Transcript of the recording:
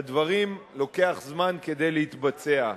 לדברים לוקח זמן כדי להתבצע.